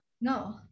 No